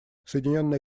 соединенное